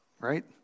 Right